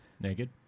Naked